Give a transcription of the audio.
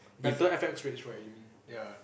better F_X rates right you mean ya